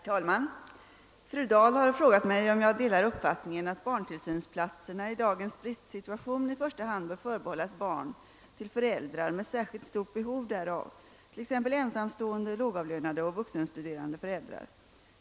Herr talman! Fru Dahl har frågat mig om jag delar uppfattningen att barntillsynsplatserna i. dagens. bristsituation i första hand bör förbehållas barn till föräldrar med särskilt stort behov därav, t.ex. ensamstående, lågavlönade och vuxenstuderande föräldrar.